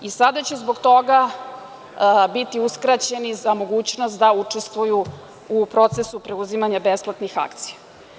Sada će zbog toga biti uskraćeni za mogućnost da učestvuju u procesu preuzimanje besplatnih akcija.